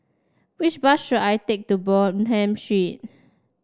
which bus should I take to Bonham Street